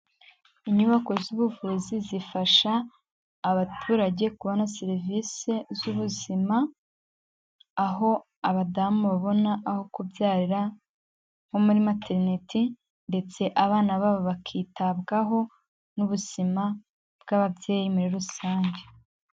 Inyubako z'ubuvuzi zifasha abaturage kubona serivisi z'ubuzima, aho abadamu babona aho kubyarira nko muri materiniti ndetse abana babo bakitabwaho n'ubuzima bw'ababyeyi muri rusange.